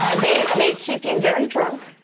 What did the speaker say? um they they keep you very drunk,